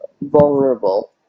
vulnerable